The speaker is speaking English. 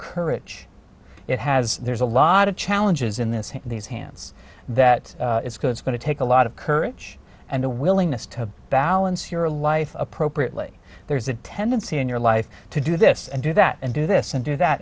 courage it has there's a lot of challenges in this these hands that because it's going to take a lot of courage and a willingness to balance your life appropriately there's a tendency in your life to do this and do that and do this and do that